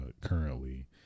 currently